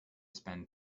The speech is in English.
spend